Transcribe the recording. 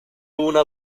una